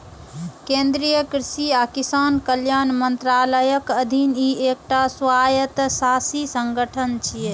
केंद्रीय कृषि आ किसान कल्याण मंत्रालयक अधीन ई एकटा स्वायत्तशासी संगठन छियै